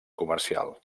comercial